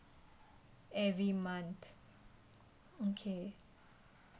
every month okay